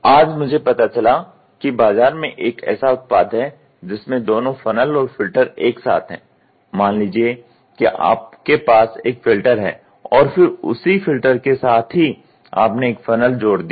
आज मुझे पता चला कि बाजार में एक ऐसा उत्पाद है जिसमें दोनों फ़नल और फ़िल्टर एक साथ है मान लीजिये कि आपके पास एक फिल्टर है और फिर उसी फ़िल्टर के साथ ही आपने एक फ़नल जोड़ दिया